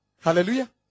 Hallelujah